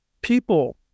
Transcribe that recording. people